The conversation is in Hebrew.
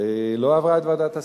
לא עברה את ועדת השרים.